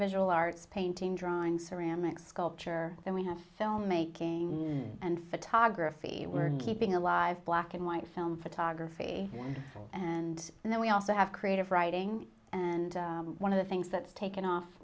visual arts painting drawing ceramic sculpture and we have filmmaking and photography learned keeping alive black and white film photography and and then we also have creative writing and one of the things that's taken off